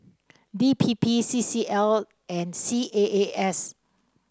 D P P C C L and C A A S